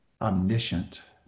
Omniscient